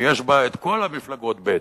שנמצאות בה כל המפלגות בעצם.